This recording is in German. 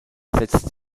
setzt